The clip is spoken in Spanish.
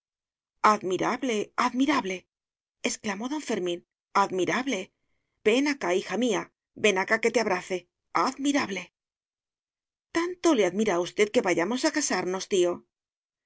admirable admirable exclamó don fermín admirable ven acá hija mía ven acá que te abrace admirable tanto le admira a usted que vayamos a casarnos tío